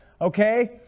okay